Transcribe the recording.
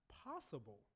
possible